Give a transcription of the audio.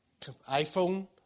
iPhone